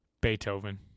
Beethoven